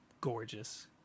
Gorgeous